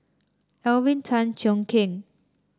Alvin Tan Cheong Kheng